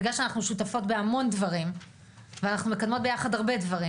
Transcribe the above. בגלל שאנחנו שותפות בהמון דברים ואנחנו מקדמות ביחד הרבה דברים,